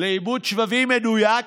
לעיבוד שבבים מדויק,